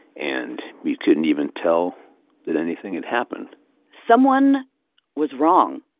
and you couldn't even tell that anything had happened someone was wrong.